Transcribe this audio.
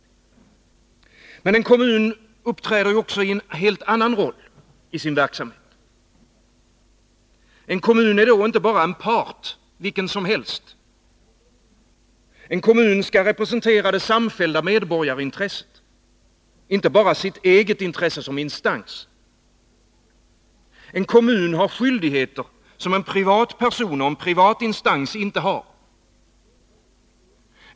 Men en kommun uppträder i sin verksamhet också i en helt annan roll. En kommun är då inte bara en part vilken som helst. En kommun skall representera det samfällda medborgarintresset, inte bara sitt eget intresse sominstans. En kommun har skyldigheter som en privat person och en privat instans inte har.